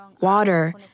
water